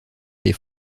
des